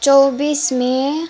चौबिस मे